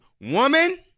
woman